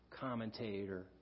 commentator